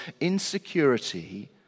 insecurity